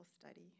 study